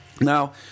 Now